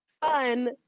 fun